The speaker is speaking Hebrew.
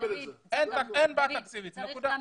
אין בעיה תקציבית, יש סדר עדיפויות.